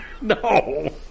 No